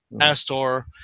Astor